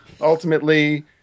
Ultimately